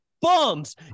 bums